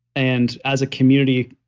and as a community,